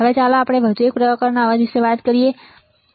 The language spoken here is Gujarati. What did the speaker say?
હવે ચાલો વધુ એકપ્રકારનના અવાજ વિશે વાત કરીએ જે હિમપ્રપાત અવાજ છે